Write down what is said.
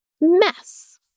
mess